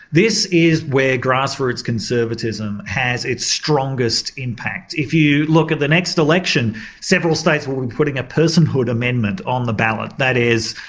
this is where grass roots conservatism has its strongest impact. if you look at the next election several states will be putting a personhood amendment on the ballot. that is,